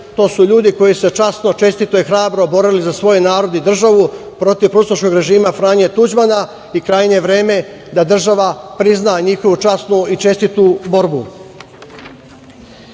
To su ljudi koji su se časno, čestito i hrabro borili za svoj narod i državu protiv proustaškog režima Franje Tuđmana i krajnje je vreme da država prizna njihovu časnu i čestitu